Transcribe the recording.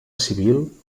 civil